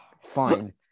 fine